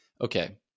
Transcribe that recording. okay